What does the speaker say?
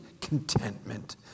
contentment